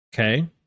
Okay